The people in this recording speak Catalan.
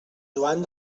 joan